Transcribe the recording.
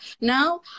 Now